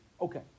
Okay